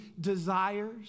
desires